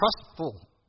trustful